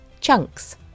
chunks